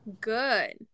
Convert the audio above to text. good